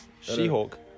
She-Hulk